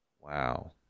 Wow